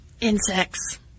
Insects